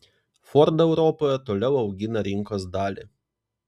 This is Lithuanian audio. ford europoje toliau augina rinkos dalį